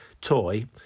toy